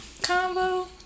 combo